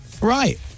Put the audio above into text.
Right